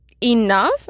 enough